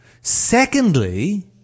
Secondly